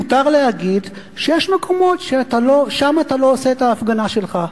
מותר להגיד שיש מקומות ששם אתה לא עושה את ההפגנה שלך.